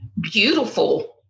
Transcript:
beautiful